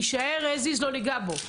יישאר כמו שהוא ולא ניגע בו,